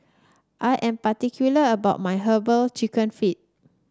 I am particular about my herbal chicken feet